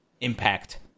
impact